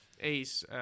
Ace